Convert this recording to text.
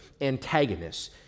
antagonists